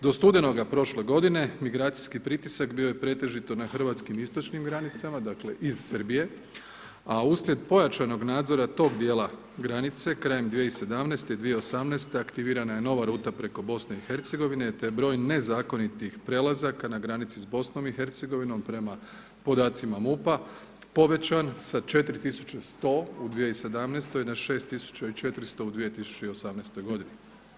Do studenoga prošle godine migracijski pritisak bio je pretežito na hrvatskim istočnim granicama dakle iz Srbije, a uslijed pojačanog nadzora tog dijela granice, krajem 2017., 2018. aktivirana je nova ruta preko BiH te je broj nezakonitih prelazaka na granici s BiH prema podacima MUP-a povećan sa 4.100 u 2017. na 6.400 u 2018. godini.